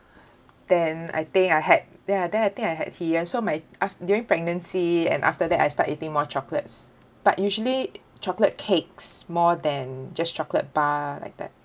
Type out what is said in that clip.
then I think I had ya then I think I had ian so my af~ during pregnancy and after that I start eating more chocolates but usually chocolate cakes more than just chocolate bar like that